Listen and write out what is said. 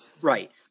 Right